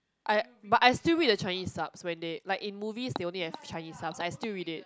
I but I still read the Chinese sub when they like in movie they only have Chinese sub I still read it